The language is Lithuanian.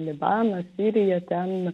libanas sirija ten